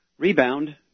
Rebound